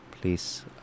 please